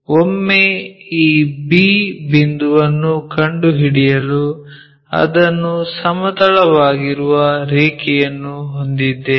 ಒಮ್ಮೆ ಈ b ಬಿಂದುವನ್ನು ಕಂಡುಹಿಡಿಯಲು ಅದನ್ನು ಸಮತಲವಾಗಿರುವ ರೇಖೆಯನ್ನು ಹೊಂದಿದ್ದೇವೆ